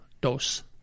dose